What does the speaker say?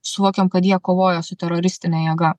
suvokiam kad jie kovoja su teroristine jėga